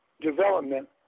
development